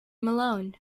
malone